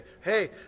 Hey